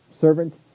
servant